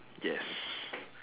yes